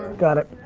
got it.